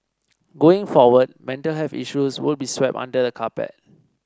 going forward mental health issues won't be swept under the carpet